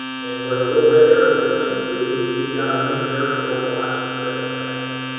and where the little red arrow is pointing to, we've got a link there for local option sales taxes.